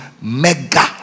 mega